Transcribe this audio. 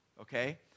okay